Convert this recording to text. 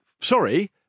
sorry